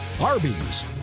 Arby's